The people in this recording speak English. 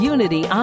Unity